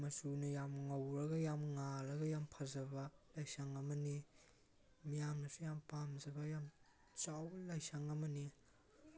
ꯃꯆꯨꯅ ꯌꯥꯝ ꯉꯧꯔꯒ ꯌꯥꯝ ꯉꯥꯜꯂꯒ ꯌꯥꯝ ꯐꯖꯕ ꯂꯥꯏꯁꯪ ꯑꯃꯅꯤ ꯃꯤꯌꯥꯝꯅꯁꯨ ꯌꯥꯝ ꯄꯥꯝꯖꯕ ꯌꯥꯝ ꯆꯥꯎꯕ ꯂꯥꯏꯁꯪ ꯑꯃꯅꯤ